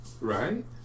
Right